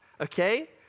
Okay